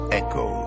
echo